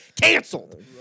canceled